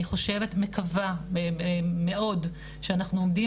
אני חושבת ומקווה מאוד שאנחנו עומדים